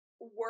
work